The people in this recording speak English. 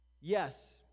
Yes